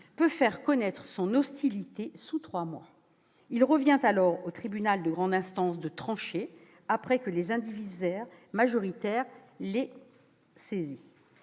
pourra faire connaître son hostilité sous trois mois. Il reviendra alors au tribunal de grande instance de trancher après saisine des indivisaires majoritaires. Des dispositions